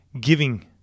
giving